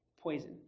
poison